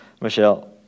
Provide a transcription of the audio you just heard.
Michelle